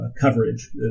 coverage